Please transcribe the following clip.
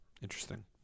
Interesting